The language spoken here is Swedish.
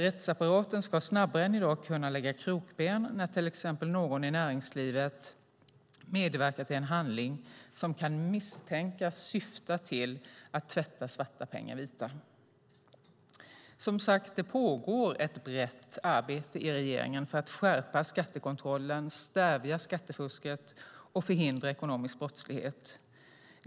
Rättsapparaten ska snabbare än i dag kunna lägga krokben när till exempel någon i näringslivet medverkar till en handling som kan misstänkas syfta till att tvätta svarta pengar vita. Som sagt, det pågår ett brett arbete i regeringen för att skärpa skattekontrollen, stävja skattefusket och förhindra ekonomisk brottslighet.